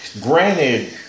Granted